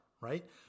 right